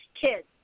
kids